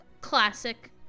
Classic